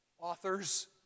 authors